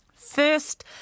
First